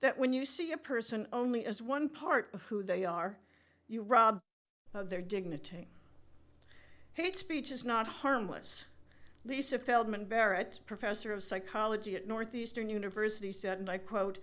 that when you see a person only as one part of who they are you robbed of their dignity hate speech is not harmless lisa feldmann barrett professor of psychology at northeastern university said and i quote